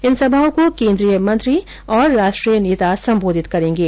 इन सभाओं को केन्द्रीय मंत्री और राष्ट्रीय नेता संबोधित करेंगे